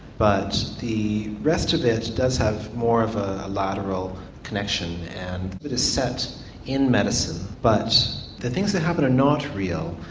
but the rest of it does have more of a lateral connection and it is set in medicine but the things that happen are not real.